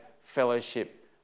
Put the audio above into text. fellowship